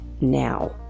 now